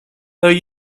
though